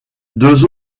deux